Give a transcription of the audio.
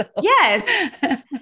Yes